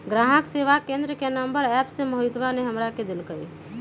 ग्राहक सेवा केंद्र के नंबर एप्प से मोहितवा ने हमरा देल कई